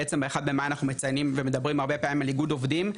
ב-1 במאי אנחנו בעצם מציינים ומדברים הרבה על איגד עובדים,